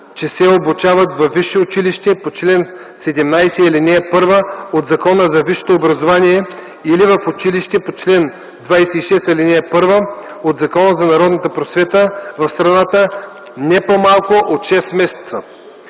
че се обучават във висше училище по чл. 17, ал. 1 от Закона за висшето образование или в училище по чл. 26, ал. 1 от Закона за народната просвета в страната не по-малко от шест месеца.